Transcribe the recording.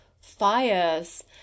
fires